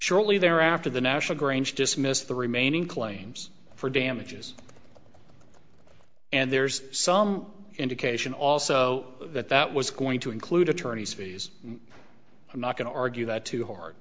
shortly thereafter the national grange dismissed the remaining claims for damages and there's some indication also that that was going to include attorney's fees i'm not going to argue that to hear